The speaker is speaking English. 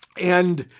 and,